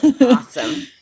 awesome